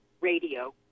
radio